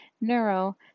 neuro